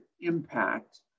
impact